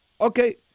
okay